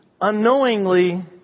unknowingly